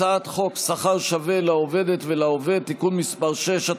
הצעת חוק שכר שווה לעובדת ולעובד (תיקון מס' 6),